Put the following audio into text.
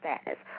status